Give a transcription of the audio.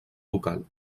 local